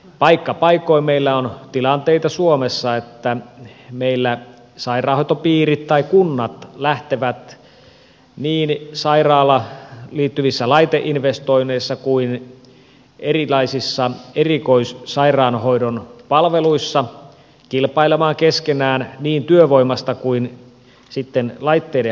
paikka paikoin meillä on sellaisia tilanteita suomessa että sairaanhoitopiirit tai kunnat lähtevät niin sairaalaan liittyvissä laiteinvestoinneissa kuin erilaisissa erikoissairaanhoidon palveluissa kilpailemaan keskenään niin työvoimasta kuin sitten laitteiden hankinnoissa